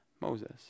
Moses